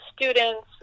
students